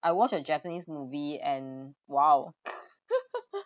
I watch a japanese movie and !wow!